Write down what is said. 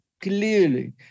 clearly